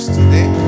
today